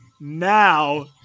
Now